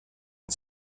and